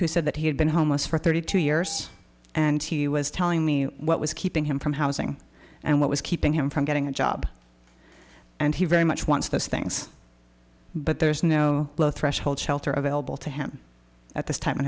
who said that he had been homeless for thirty two years and he was telling me what was keeping him from housing and what was keeping him from getting a job and he very much wants those things but there's no low threshold shelter available to him at this time in